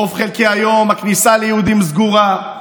רוב חלקי היום הכניסה ליהודים סגורה.